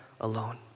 alone